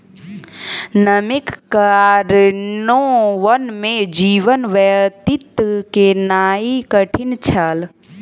नमीक कारणेँ वन में जीवन व्यतीत केनाई कठिन छल